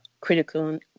critical